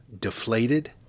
deflated